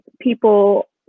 people